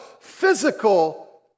physical